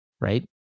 right